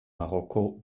marokko